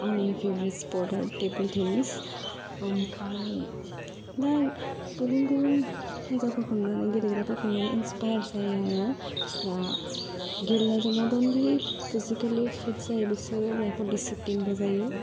आंनि फेभरेट स्पर्ट्सआ table tennis ओम्फाय दा गुबुन गुबुन हिनजावफोरखौ नुनानै गेलेग्राफोरखौ नुनानै इन्सपायार जायो आङो गेलेनायजों नट अन्लि फिजिकेलि फिट जायो बिसोरो लाइफआव डिसिप्लिनबो जायो